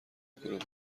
کلوب